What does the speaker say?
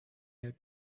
have